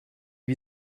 you